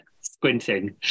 squinting